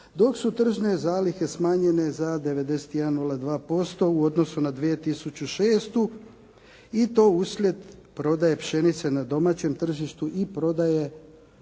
dok su tržne zalihe smanjenje za 91,02% u odnosu na 2006. i to uslijed prodaje pšenice na domaćem tržištu i prodaje u